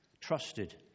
trusted